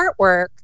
artwork